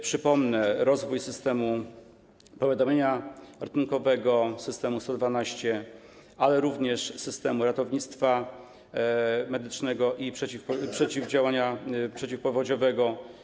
Przypomnę: rozwój systemu powiadamiania ratunkowego, systemu 112, ale również systemu ratownictwa medycznego i przeciwdziałania przeciwpowodziowego.